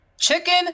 Chicken